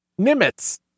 Nimitz